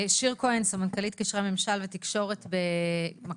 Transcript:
שיר כהן, סמנכ"לית קשרי ממשל ותקשורת במכבי.